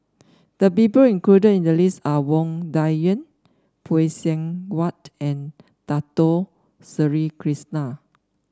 the people included in the list are Wang Dayuan Phay Seng Whatt and Dato Sri Krishna